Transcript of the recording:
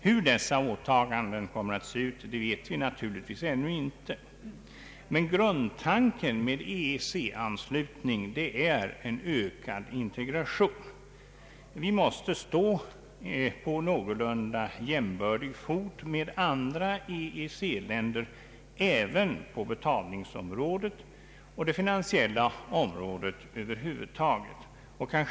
Hur dessa åtaganden kommer att se ut vet vi naturligtvis ännu inte, men grundtanken med EEC anslutning är en ökad integration. Vi måste stå på någorlunda jämbördig fot med andra EEC-länder även på betalningsområdet och det finansiella området över huvud taget.